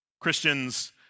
Christians